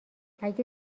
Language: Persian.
اگه